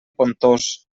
pontós